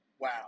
wow